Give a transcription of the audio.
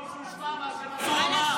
במקום שהוא ישמע מה שמנסור אמר,